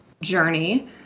journey